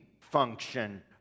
function